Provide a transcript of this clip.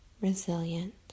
resilient